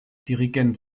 dirigent